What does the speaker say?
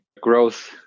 growth